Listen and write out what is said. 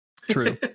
True